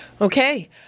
Okay